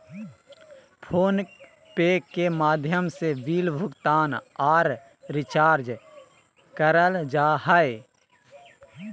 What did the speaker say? phone पे के माध्यम से बिल भुगतान आर रिचार्ज करल जा हय